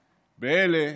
באלה,